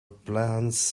plans